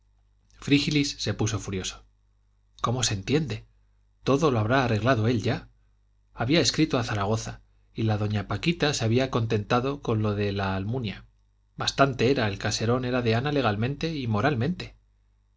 frígilis se puso furioso cómo se entiende todo lo había arreglado él ya había escrito a zaragoza y la doña paquita se había contentado con lo de la almunia bastante era el caserón era de ana legalmente y moralmente